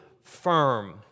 firm